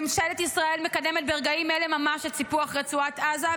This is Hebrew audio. ממשלת ישראל מקדמת ברגעים אלה ממש את סיפוח רצועת עזה.